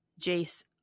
jace